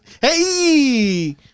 Hey